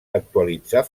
actualitzar